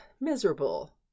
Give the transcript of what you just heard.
miserable